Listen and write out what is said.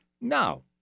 No